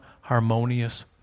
harmonious